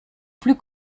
plus